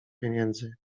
pieniędzy